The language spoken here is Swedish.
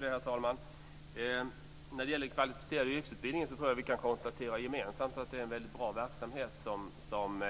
Herr talman! När det gäller den kvalificerade yrkesutbildningen tror jag att vi gemensamt kan konstatera att det är en väldigt bra verksamhet som